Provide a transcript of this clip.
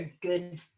good